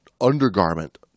undergarment